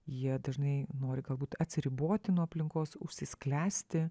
jie dažnai nori galbūt atsiriboti nuo aplinkos užsisklęsti